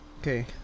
Okay